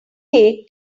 take